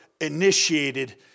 initiated